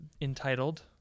entitled